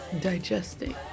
Digesting